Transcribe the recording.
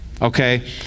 Okay